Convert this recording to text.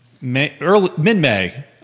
mid-May